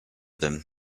them